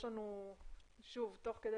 יש לנו תיקונים תוך כדי